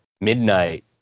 midnight